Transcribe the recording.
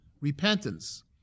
repentance